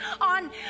on